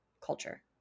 culture